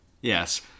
Yes